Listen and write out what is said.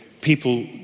people